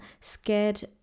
scared